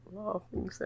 laughing